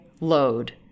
load